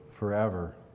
Forever